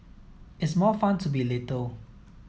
it's more fun to be little